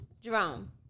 Jerome